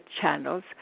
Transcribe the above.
channels